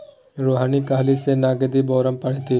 रोहिणी काल्हि सँ नगदीक बारेमे पढ़तीह